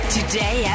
Today